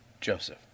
Joseph